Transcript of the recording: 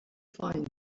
find